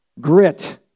Grit